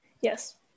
Yes